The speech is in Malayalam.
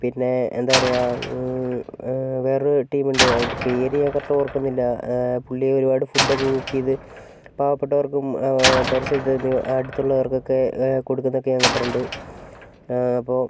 പിന്നെ എന്താണ് പറയുക വേറൊരു ടീം ഉണ്ട് അതിൻ്റെ പേര് ഞാൻ കറക്റ്റ് ഓർക്കുന്നില്ല പുള്ളി ഒരുപാട് ഫുഡ് ഒക്കെ കുക്ക് ചെയ്ത് പാവപ്പെട്ടവർക്കും പരിസരത്ത് അടുത്തുള്ളവർക്കൊക്കെ കൊടുക്കുന്നതൊക്കെ ഞാൻ കണ്ടിട്ടുണ്ട് അപ്പോൾ